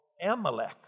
Amalek